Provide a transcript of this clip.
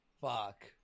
Fuck